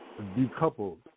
decoupled